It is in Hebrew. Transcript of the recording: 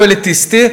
הוא אליטיסטי,